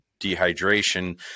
dehydration